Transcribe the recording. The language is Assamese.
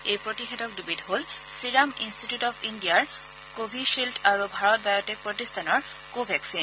এই প্ৰতিষেধক দুবিধ হ'ল ছিৰাম ইনষ্টিটিউট অব ইণ্ডিয়াৰ ক ভিশ্বিল্ড আৰু ভাৰত বায়টেক প্ৰতিষ্ঠানৰ কোভাক্সিন